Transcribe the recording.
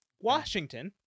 Washington